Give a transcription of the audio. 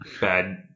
bad